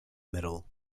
middle